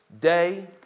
day